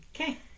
Okay